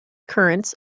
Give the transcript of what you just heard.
currents